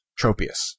Tropius